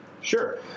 Sure